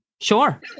Sure